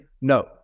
No